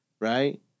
right